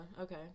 Okay